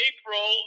April